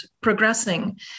progressing